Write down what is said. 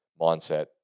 mindset